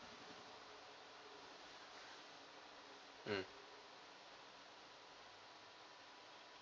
mm